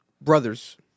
Brothers